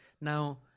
Now